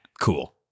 cool